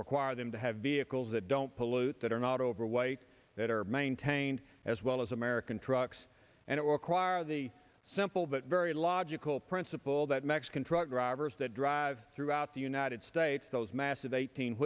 require them to have be ical that don't pollute that are not overweight that are maintained as well as american trucks and it was the simple but very logical principle that mexican truck drivers that drive throughout the united states those massive eighteen